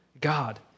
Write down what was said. God